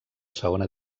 segona